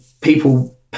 people